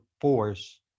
force